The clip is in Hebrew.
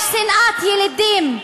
יש שנאת ילידים.